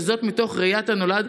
מתוך ראיית הנולד,